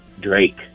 Drake